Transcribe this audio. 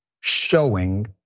showing